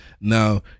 Now